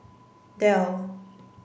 Dell